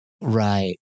Right